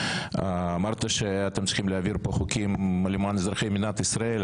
אמרת שאתם צריכים להעביר פה חוקים למען אזרחי מדינת ישראל.